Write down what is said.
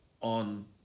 on